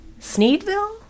Sneedville